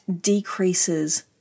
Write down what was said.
decreases